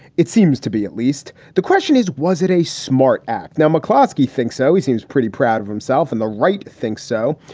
it seems to be. at least the question is, was it a smart act? now, mcclosky thinks so. he seems pretty proud of himself and the right thinks so.